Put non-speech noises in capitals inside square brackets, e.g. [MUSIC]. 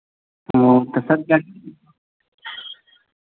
हाँ तो सब [UNINTELLIGIBLE]